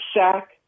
sack